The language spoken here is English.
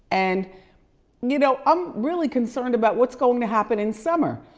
and you know, i'm really concerned about what's going to happen in summer.